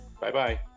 Bye-bye